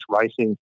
racing